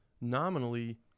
nominally